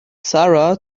sara